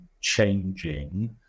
changing